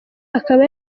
akaba